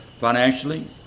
financially